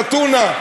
את הטונה.